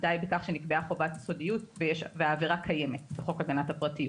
די בכך שנקבעה חובת הסודיות והעבירה קיימת בחוק הגנת הפרטיות.